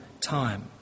time